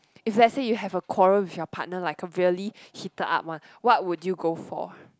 if let's say you have a quarrel with your partner like a really heated up one what would you go for